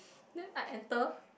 then I enter